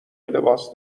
لباس